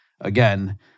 again